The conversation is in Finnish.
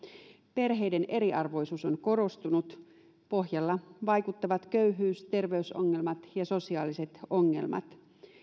perheiden eriarvoisuus on korostunut pohjalla vaikuttavat köyhyys terveysongelmat ja sosiaaliset ongelmat